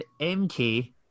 MK